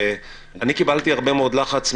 שאני קיבלתי הרבה מאוד לחץ ממתמחים,